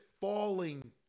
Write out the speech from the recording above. falling